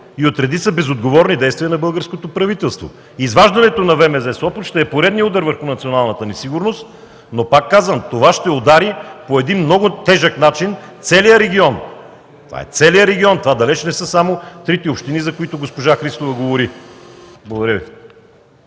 и от редица безотговорни действия на българското правителство. Изваждането на ВМЗ – Сопот ще е поредният удар върху националната ни сигурност, но пак казвам, това ще удари по един много тежък начин целия регион. Това е целият регион, не са само трите общини, за които говори госпожа Христова.